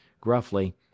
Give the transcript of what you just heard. gruffly